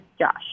Josh